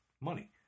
money